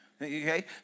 Okay